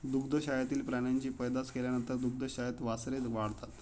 दुग्धशाळेतील प्राण्यांची पैदास केल्यानंतर दुग्धशाळेत वासरे वाढतात